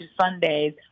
Sundays